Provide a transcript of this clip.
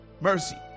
mercy